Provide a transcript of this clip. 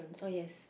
oh yes